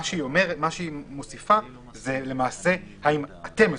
השאלה שעכשיו נשאלה היא אם אתם מסודרים,